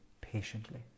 patiently